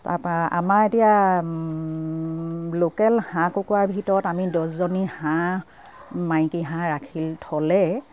তাপা আমাৰ এতিয়া লোকেল হাঁহ কুকুৰাৰ ভিতৰত আমি দহজনী হাঁহ মাইকী হাঁহ ৰাখি থ'লে